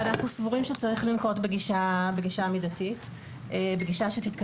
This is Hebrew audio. אנחנו מסכימים עם עמדת מחלקת הייעוץ והחקיקה שהדבר הזה